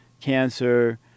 cancer